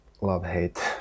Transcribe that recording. love-hate